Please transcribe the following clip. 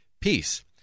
peace